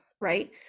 right